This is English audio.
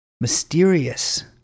mysterious